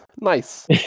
Nice